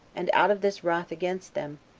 and, out of this wrath against them,